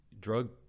drug